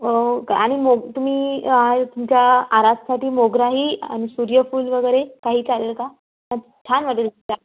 हो का आणि मोग तुम्ही तुमच्या आराससाठी मोगराही आणि सूर्यफूल वगैरे काही चालेल का छान वाटेल